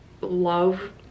love